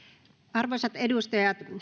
arvoisat edustajat